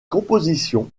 compositions